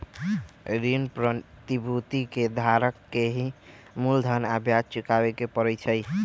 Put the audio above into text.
ऋण प्रतिभूति के धारक के ही मूलधन आ ब्याज चुकावे के परई छई